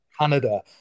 Canada